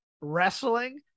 wrestling